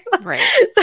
Right